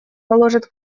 положит